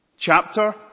Chapter